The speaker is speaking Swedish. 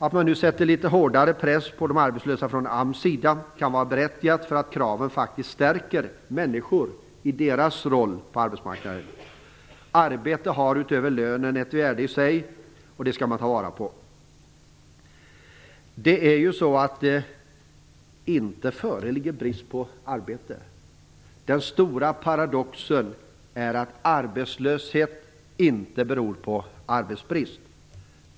Att man nu sätter litet hårdare press på de arbetslösa från AMS sida kan vara berättigat, därför att kraven faktiskt stärker människor i deras roll på arbetsmarknaden. Arbete har utöver lönen ett värde i sig och det skall man ta vara på. Det föreligger ju inte brist på arbete. Den stora paradoxen är att arbetslöshet inte beror på arbetsbrist.